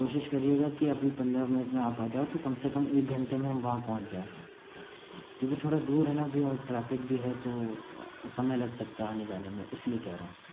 कोशिश करिएगा कि अभी पंद्रह मिनट में आप आ जाओ तो कम से कम एक घंटे में हम वहाँ पहुँच जाएँ क्योंकि थोड़ा दूर है न भैया और ट्रैफिक भी है तो समय लग सकता आने जाने में इसलिए कह रहा हूँ